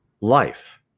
life